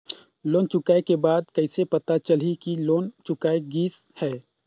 Loan चुकाय के बाद कइसे पता चलही कि लोन चुकाय गिस है?